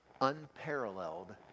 unparalleled